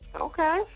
Okay